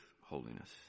holiness